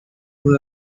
who